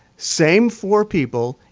same four people.